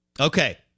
okay